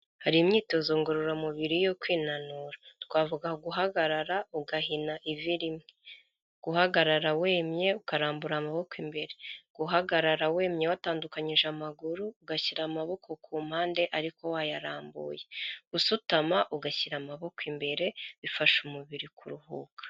Hari imyitozo ngororamubiri yo kwinanura twavuga guhagarara ugahina ivi rimwe. Guhagarara wemye ukarambura amaboko imbere, guhagarara wemye watandukanyije amaguru ugashyira amaboko ku mpande ariko wayarambuye. Gusutama ugashyira amaboko imbere bifasha umubiri kuruhuka.